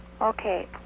okay